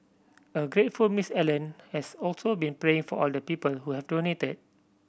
a grateful Miss Allen has also been praying for all the people who have donated